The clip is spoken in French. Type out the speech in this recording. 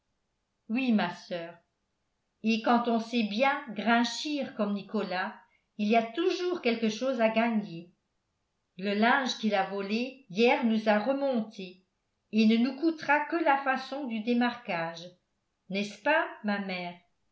oui ma soeur et quand on sait bien grinchir comme nicolas il y a toujours quelque chose à gagner le linge qu'il a volé hier nous a remontés et ne nous coûtera que la façon du démarquage n'est-ce pas ma mère